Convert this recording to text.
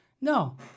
No